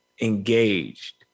engaged